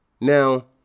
Now